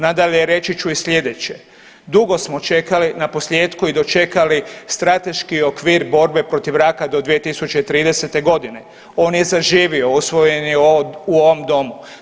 Nadalje, reći ću i slijedeće, dugo smo čekali, naposljetku i dočekali strateški okvir borbe protiv raka do 2030.g., on je zaživio, usvojen je u ovom domu.